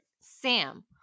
Sam